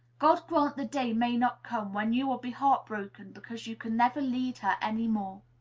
god grant the day may not come when you will be heart-broken because you can never lead her any more!